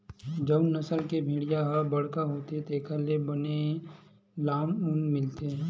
जउन नसल के भेड़िया ह बड़का होथे तेखर ले बने लाम ऊन मिलथे